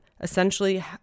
essentially